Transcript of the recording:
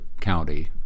county